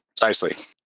Precisely